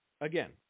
Again